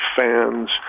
fans